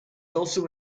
also